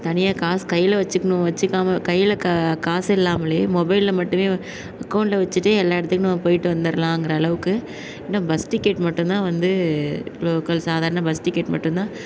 தனியாக காசு கையில் வச்சுக்குணும் வச்சுக்காம கையில் கா காசு இல்லாமலேயே மொபைலில் மட்டுமே அக்கோண்டில் வச்சுட்டே எல்லா இடத்துக்கும் நம்ம போய்ட்டு வந்துடலாங்குற அளவுக்கு இன்னும் பஸ் டிக்கெட் மட்டும்தான் வந்து லோக்கல் சாதாரண பஸ் டிக்கெட் மட்டும்தான்